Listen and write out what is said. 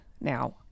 now